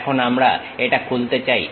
এখন আমরা এটা খুলতে চাই